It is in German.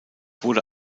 wurde